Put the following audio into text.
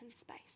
space